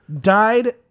Died